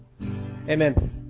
Amen